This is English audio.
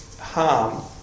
harm